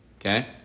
Okay